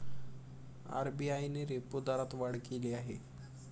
RBI ने repo दरात वाढ केली आहे